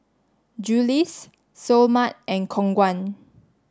Julie's Seoul Mart and Khong Guan